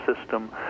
system